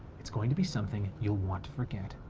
it's going to be something you'll want to forget,